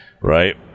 right